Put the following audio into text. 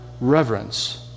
reverence